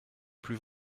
plus